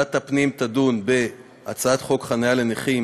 ועדת הפנים תדון בהצעת חוק חניה לנכים